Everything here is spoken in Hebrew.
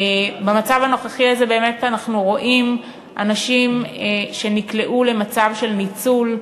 במצב הנוכחי הזה באמת אנחנו רואים אנשים שנקלעו למצב של ניצול,